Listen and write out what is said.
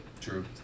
True